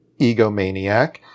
egomaniac